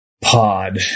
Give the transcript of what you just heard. pod